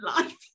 life